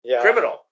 Criminal